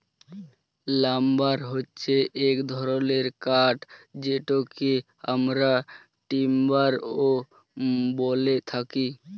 lumber হচ্যে এক ধরলের কাঠ যেটকে আমরা টিম্বার ও ব্যলে থাকি